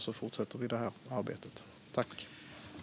Vi fortsätter det här arbetet.